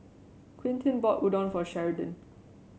Quintin bought Udon for Sheridan